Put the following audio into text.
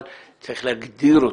אבל צריך להגדיר אותה.